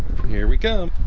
here we come